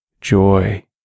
joy